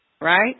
right